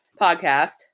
Podcast